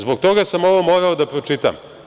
Zbog toga sam ovo morao da pročitam.